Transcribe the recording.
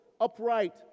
upright